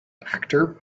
actor